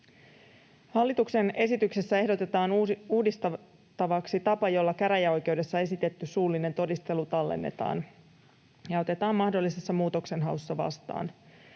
Hallituksen esityksessä ehdotetaan uudistettavaksi tapa, jolla käräjäoikeudessa esitetty suullinen todistelu tallennetaan ja otetaan mahdollisessa muutoksenhaussa vastaan.